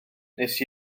nes